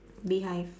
bee hive